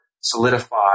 solidify